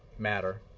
matter.